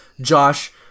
Josh